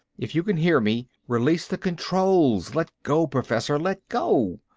if you can hear me, release the controls! let go, professor. let go!